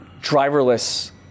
driverless